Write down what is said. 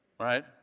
Right